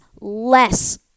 less